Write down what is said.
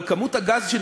אבל כמות הגז,